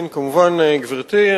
כן, כמובן, גברתי.